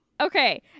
Okay